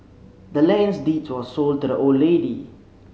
the land's deed was sold to the old lady